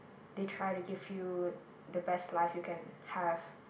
they try to give you the best life you can have